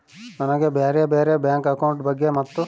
ನನಗೆ ಬ್ಯಾರೆ ಬ್ಯಾರೆ ಬ್ಯಾಂಕ್ ಅಕೌಂಟ್ ಬಗ್ಗೆ ಮತ್ತು?